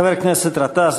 חבר הכנסת גטאס,